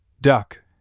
duck